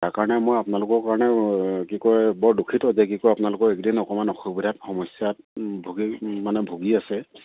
তাৰ কাৰণে মই আপোনালোকৰ কাৰণে কি কয় বৰ দূষিত যে কি কয় আপোনালোকৰ একদিন অকণমান অসুবিধাত সমস্যাত ভূগী মানে ভূগী আছে